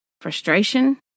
frustration